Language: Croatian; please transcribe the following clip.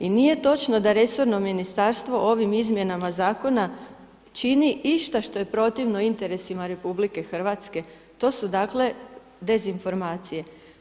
I nije točno da resorno ministarstvo ovim izmjenama zakona čini išta što je protivno interesima RH, to su dakle dezinformacije.